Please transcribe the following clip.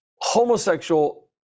homosexual